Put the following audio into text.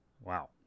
Wow